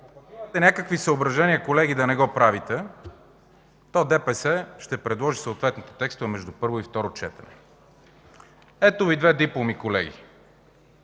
Ако пък имате някакви съображения, колеги, да не го правите, то ДПС ще предложи съответните текстове между първо и второ четене. Ето Ви две дипломи, колеги.